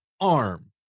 Arm